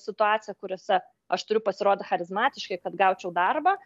situaciją kuriose aš turiu pasirodo charizmatiškai kad gaučiau darbą